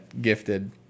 gifted